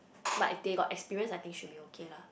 but if they got experience I think should be okay lah